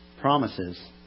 promises